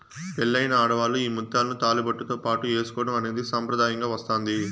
పెళ్ళైన ఆడవాళ్ళు ఈ ముత్యాలను తాళిబొట్టుతో పాటు ఏసుకోవడం అనేది సాంప్రదాయంగా వస్తాంది